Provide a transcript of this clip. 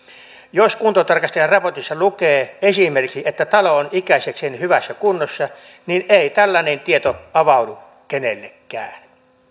jos kuntotarkastajan raportissa lukee esimerkiksi että talo on ikäisekseen hyvässä kunnossa niin ei tällainen tieto avaudu kenellekään